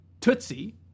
Tootsie